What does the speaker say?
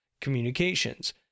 communications